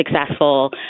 successful